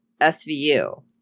SVU